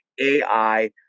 ai